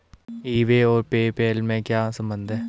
ई बे और PayPal में क्या संबंध है?